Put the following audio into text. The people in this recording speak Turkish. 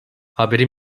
haberi